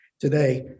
today